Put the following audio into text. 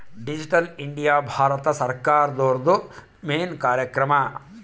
digital India Bharat ಸರ್ಕಾರ್ದೊರ್ದು main ಕಾರ್ಯಕ್ರಮ